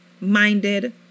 minded